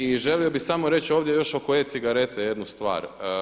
I želio bih samo reći ovdje još oko e-cigarete jednu stvar.